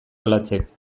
olatzek